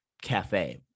cafe